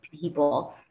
people